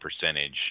percentage